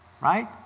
Right